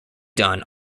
done